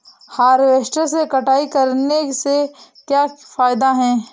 Harvester से कटाई करने से क्या फायदा है?